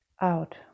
out